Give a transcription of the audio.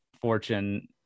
fortune